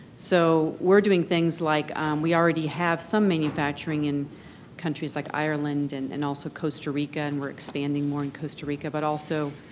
so, we're doing things like we already have some manufacturing in countries like ireland and and also costa rica. and we're expanding more in costa rica. but also,